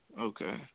Okay